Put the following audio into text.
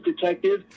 detective